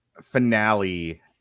finale